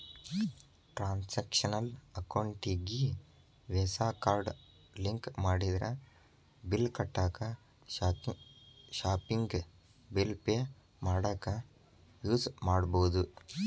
transactional ಅಕೌಂಟಿಗಿ Visa card link ಮಾಡಿದ್ರ bill ಕಟ್ಟಾಕ ಶಾಪಿಂಗ್ ಬಿಲ್ ಪೆ ಮಾಡಾಕ ಯೂಸ್ ಮಾಡಬೋದು